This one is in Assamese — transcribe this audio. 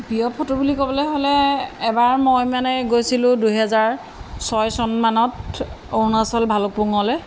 প্ৰিয় ফটো বুলি ক'বলৈ হ'লে এবাৰ মই মানে গৈছিলোঁ দুহেজাৰ ছয় চনমানত অৰুণাচল ভালুকপুঙলৈ